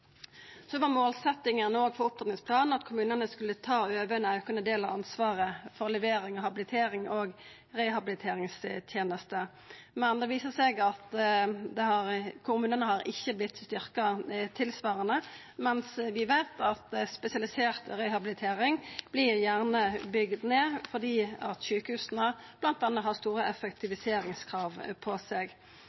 for opptrappingsplanen var at kommunane skulle ta over noko av ansvaret for levering av habiliterings- og rehabiliteringstenester. Det viser seg at kommunane har ikkje vorte styrkte tilsvarande, men vi veit at spesialisert rehabilitering gjerne vert bygd ned fordi sjukehusa bl.a. har store effektviseringskrav på seg.